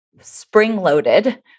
Spring-loaded